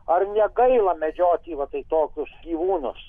ar negaila medžioti va tai tokius gyvūnus